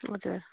हजुर